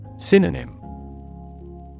Synonym